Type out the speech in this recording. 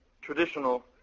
traditional